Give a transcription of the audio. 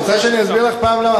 את רוצה שאני אסביר לך פעם למה?